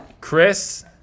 Chris